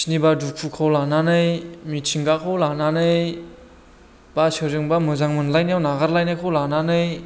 सोरनिबा दुखुखौ लानानै मिथिंगाखौ लानानै एबा सोरजोंबा मोजां मोनलायनायाव नागार लायनायखौ लानानै